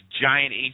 giant